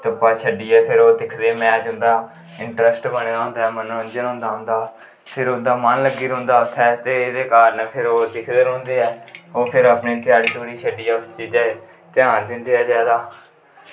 धुप्पा छड्डियै फिर ओह् दिखदे मैच उं'दा इंट्रस्ट बने दा होंदा मनोरंजन होंदा उं'दा ते फिर उं'दा मन लग्गी रौंह्दा उंदा उत्थै ते एह्दे कारण फिर ओह् दिखदे रौंह्दे ऐ ओह् फिर अपने ध्याड़ी ध्यूड़ी छड्डियै उस चीजा च ध्यान दिंदे ऐ जादा